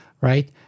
right